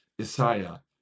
Isaiah